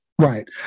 right